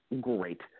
great